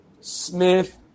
Smith